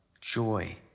joy